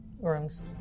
rooms